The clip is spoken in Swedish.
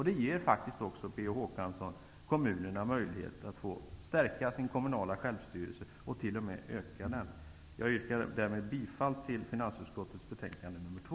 Det ger faktiskt också, Per Olof Håkansson, kommunerna möjlighet att stärka sin kommunala självstyrelse och t.o.m. öka den. Jag yrkar därmed bifall till hemställan i finansutskottets betänkande 2.